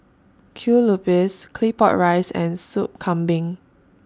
Kue Lupis Claypot Rice and Sup Kambing